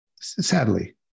sadly